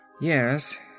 Yes